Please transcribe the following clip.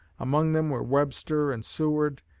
among them were webster and seward,